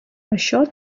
això